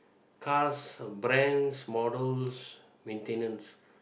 cars brands models maintenance